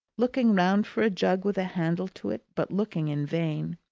looking round for a jug with a handle to it, but looking in vain.